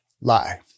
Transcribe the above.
lie